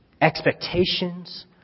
expectations